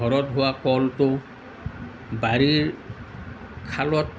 ঘৰত হোৱা কলটো বাৰীৰ খালত